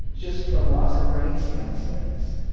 just from lots of brain scan studies,